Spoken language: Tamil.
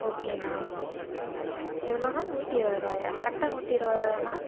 ஓகே அண்ணா எவ்வளோண்ணா நூற்றி இருபது ரூவாயா கரெக்டாக நூற்றி இருபது ரூவாயா அண்ணா